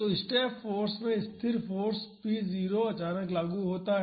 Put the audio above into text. तो step force में स्थिर फाॅर्स p 0 अचानक लागू होता है